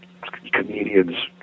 comedians